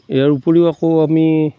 ইয়াৰ উপৰিও আকৌ আমি